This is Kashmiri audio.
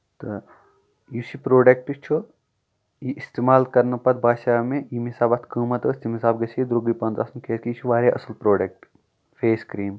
تہٕ یُس یہِ پروڈکٹ چھُ یہِ اِستعمال کرنہٕ پَتہٕ باسیٚو مےٚ ییٚمہِ حِسابہٕ اَتھ قۭمَتھ ٲسۍ تَمہِ حِسابہٕ گژھِ یہِ درٛوگٕے پَہن آسُن کیازِ کہِ یہِ چھُ واریاہ اَصٕل پروڈکٹ فیس کریٖم